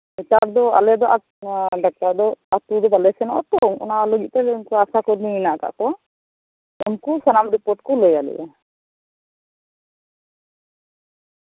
ᱱᱮᱛᱟᱨ ᱫᱚ ᱟᱞᱮ ᱫᱚ ᱰᱟᱠᱛᱟᱨ ᱫᱚ ᱟᱹᱛᱩ ᱫᱚ ᱵᱟᱞᱮ ᱥᱮᱱᱚᱜᱼᱟ ᱛᱚ ᱚᱱᱟ ᱞᱟᱹᱜᱤᱫ ᱛᱮᱜᱮ ᱩᱱᱠᱩ ᱟᱥᱟ ᱠᱩᱨᱢᱤ ᱦᱮᱱᱟᱜ ᱟᱠᱟᱫ ᱠᱚᱣᱟ ᱩᱱᱠᱩ ᱥᱟᱱᱟᱢ ᱨᱤᱯᱳᱨᱴ ᱠᱚ ᱞᱟᱹᱭᱟᱞᱮᱭᱟ